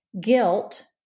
Guilt